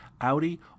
Audi